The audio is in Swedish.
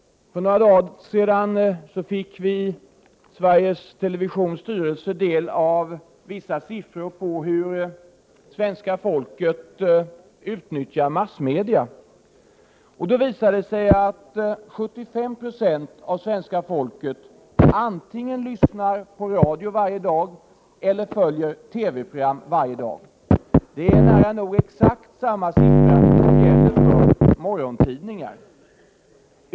För några dagar sedan fick vi i 16 december 1987 Sveriges Radios styrelse del av vissa siffror över hur svenska folket utnyttjar. XX Z — massmedia. Det visade sig att 75 26 av svenska folket antingen lyssnar på VESA IVER radio varje dag eller följer TV-program varje dag. Det är nära nog exakt resor samma siffra som gäller för morgontidningar.